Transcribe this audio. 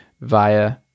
via